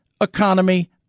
economy